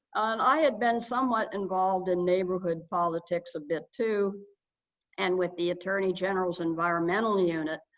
and i had been somewhat involved in neighborhood politics a bit too and with the attorney general's environmental unit.